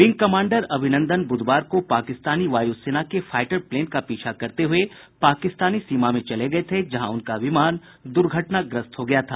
wing commander Abhinandan बुधवार को पाकिस्तानी वायु सेना के फाइटर प्लेन का पीछा करते हुए पाकिस्तानी सीमा में चले गये थे जहां उनका विमान दुर्घटनाग्रस्त हो गया था